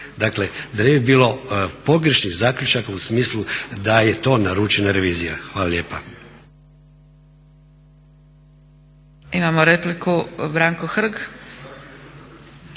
Dakle, da ne bi bilo pogrešnih zaključaka u smislu da je to naručena revizija. Hvala lijepa.